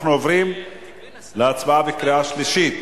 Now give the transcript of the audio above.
אנחנו עוברים להצבעה בקריאה שלישית.